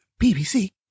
BBC